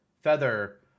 feather